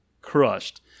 Crushed